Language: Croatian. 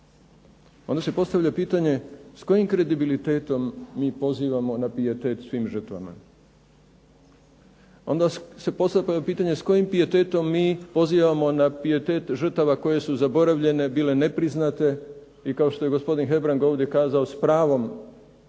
onda se postavlja pitanje s kojim kredibilitetom mi pozivamo na pijetet svim žrtvama? Onda se postavlja pitanje s kojim pijetetom mi pozivamo na pijetet žrtava koje su zaboravljene bile nepriznate i kao što je gospodin Hebrang ovdje kazao s pravom tretirane